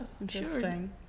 Interesting